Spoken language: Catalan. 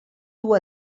dur